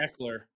Eckler